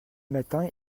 matins